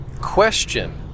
question